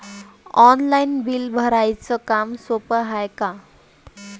Online bill भराच काम सोपं हाय का?